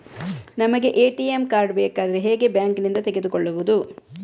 ನಮಗೆ ATM card ಬೇಕಾದ್ರೆ ಹೇಗೆ ಬ್ಯಾಂಕ್ ನಿಂದ ತೆಗೆದುಕೊಳ್ಳುವುದು?